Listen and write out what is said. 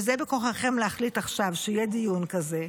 וזה בכוחכם להחליט עכשיו שיהיה דיון כזה,